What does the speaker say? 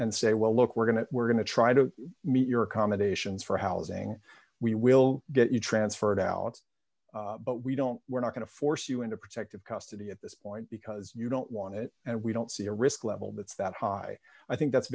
and say well look we're going to we're going to try to meet your accommodations for housing we will get you transferred out but we don't we're not going to force you into protective custody at this point because you don't want it and we don't see a risk level that's that high i think that's